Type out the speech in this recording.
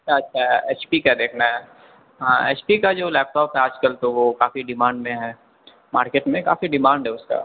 اچھا اچھا H P کا دیکھنا ہے ہاں ایچ پی کا جو لیپ ٹاپ ہے آج کل تو وہ کافی ڈیمانڈ میں ہے مارکیٹ میں کافی ڈیمانڈ ہے اس کا